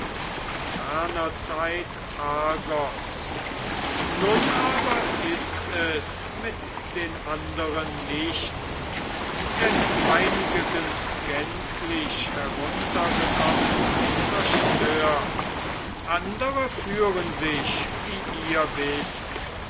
in ferner zeit argos nun aber ist es mit den anderen nichts denn einige sind gänzlich heruntergekommen und zerstört andere führen sich wie ihr wißt